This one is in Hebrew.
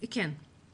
כן.